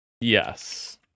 Yes